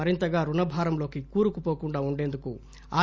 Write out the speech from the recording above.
మరింతగా రుణ భారంలోకి కూరుకుపోకుండా వుండేందుకు ఆర్